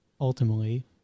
ultimately